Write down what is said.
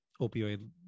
opioid